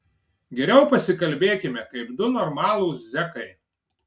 geriau pasikalbėkime kaip du normalūs zekai